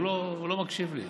הוא לא מקשיב לי.